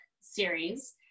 series